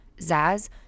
Zaz